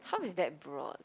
how is that broad